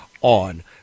on